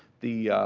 the